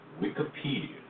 Wikipedia